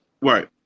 Right